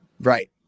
right